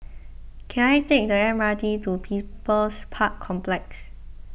can I take the M R T to People's Park Complex